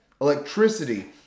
electricity